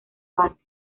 base